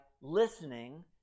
listening